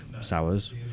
sours